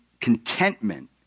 contentment